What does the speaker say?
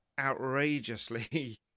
outrageously